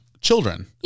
children